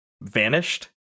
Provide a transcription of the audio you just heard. vanished